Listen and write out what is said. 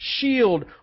Shield